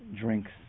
drinks